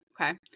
Okay